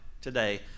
today